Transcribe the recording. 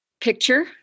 picture